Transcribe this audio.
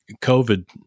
COVID